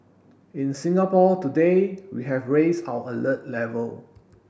in Singapore today we have raised our alert level